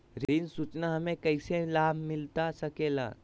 ऋण सूचना हमें कैसे लाभ मिलता सके ला?